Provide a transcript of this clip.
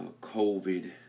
COVID